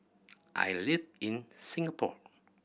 I live in Singapore